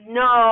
no